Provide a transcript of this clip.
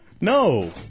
No